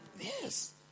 Yes